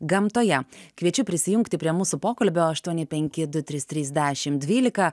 gamtoje kviečiu prisijungti prie mūsų pokalbio aštuoni penki du trys trys dešim dvylika